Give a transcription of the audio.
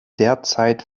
derzeit